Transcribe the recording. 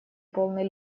полной